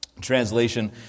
translation